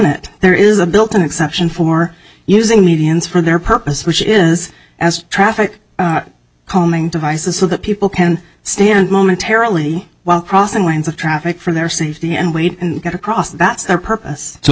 it there is a built in exception for using medians for their purpose which is as traffic calming devices so that people can stand momentarily while crossing lines of traffic for their safety and wait and get across that their purpose